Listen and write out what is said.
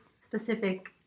specific